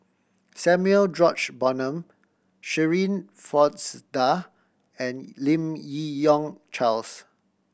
Samuel George Bonham Shirin Fozdar and Lim Yi Yong Charles